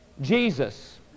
Jesus